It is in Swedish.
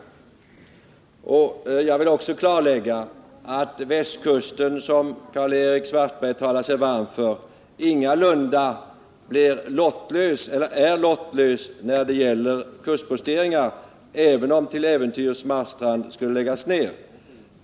Jag vill också klarlägga att västkusten, som Karl-Erik Svartberg talar sig varm för, ingalunda är lottlös när det gäller kustposteringar, även om kustposteringen i Marstrand till äventyrs skulle dras in.